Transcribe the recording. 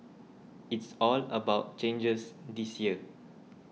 it's all about changes this year